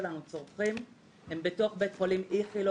שלנו צורכים הם בתוך בית חולים איכילוב